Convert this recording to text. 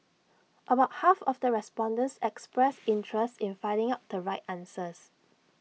about half of the respondents expressed interest in finding out the right answers